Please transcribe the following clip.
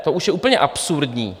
To už je úplně absurdní.